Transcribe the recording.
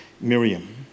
Miriam